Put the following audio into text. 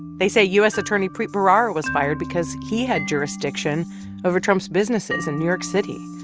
they say u s. attorney preet bharara was fired because he had jurisdiction over trump's businesses in new york city,